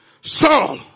Saul